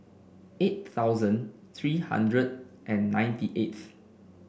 eight thousand three hundred and ninety eights